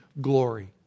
glory